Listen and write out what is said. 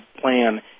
plan